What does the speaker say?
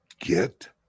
get